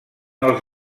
els